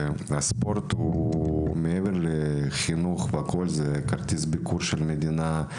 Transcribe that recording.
הספורט הוא מעבר לחינוך: הוא כרטיס הביקור של מדינה.